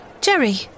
Jerry